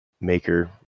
maker